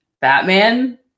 Batman